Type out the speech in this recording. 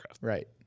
Right